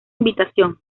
invitación